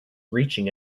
reaching